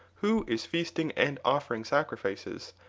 who is feasting and offering sacrifices,